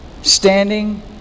standing